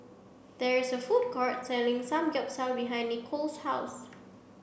there is a food court selling Samgyeopsal behind Nikole's house